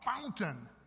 fountain